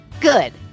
Good